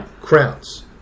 crowns